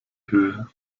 höhe